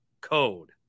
code